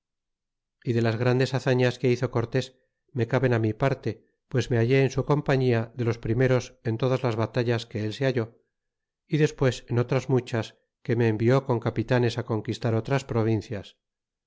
y de las grandes hazañas que hizo cortés me caben mi parte pues me hallé en su compañia de los primeros en todas las batallas que él se hallé y despues en otras muchas que me envió con capitanes conquistar otras provincias